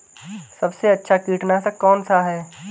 सबसे अच्छा कीटनाशक कौनसा है?